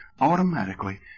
automatically